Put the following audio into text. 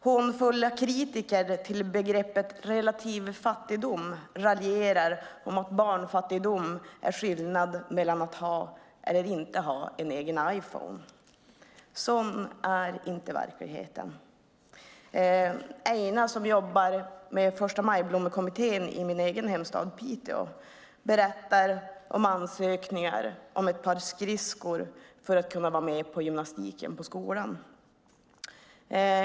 Hånfulla kritiker till begreppet relativ fattigdom raljerar om att barnfattigdom är skillnaden mellan att ha och inte ha en egen Iphone. Sådan är inte verkligheten. Eina som jobbar i Förstamajblommans kommitté i min hemstad Piteå berättar om en ansökning om ett par skridskor för att ett barn ska kunna vara med på skolidrotten.